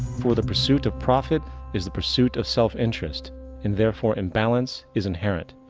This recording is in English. for the pursuit of profit is the pursuit of self interest and therefore imbalance is inherent.